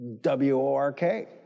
W-O-R-K